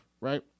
right